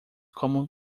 como